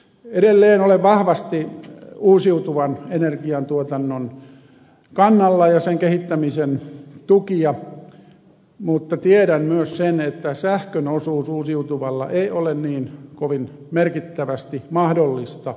edelleen olen vahvasti uusiutuvan energiantuotannon kannalla ja sen kehittämisen tukija mutta tiedän myös sen että sähkön osuutta uusiutuvalla ei ole niin kovin merkittävästi mahdollista lisätä